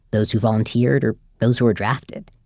those who volunteered or those who were drafted.